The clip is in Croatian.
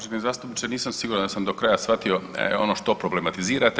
Uvaženi zastupniče nisam siguran da sam do kraja shvatio ono što problematizirate.